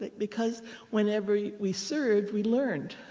because whenever we served, we learned.